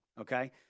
okay